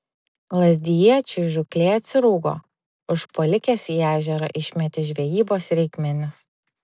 lazdijiečiui žūklė atsirūgo užpuolikės į ežerą išmetė žvejybos reikmenis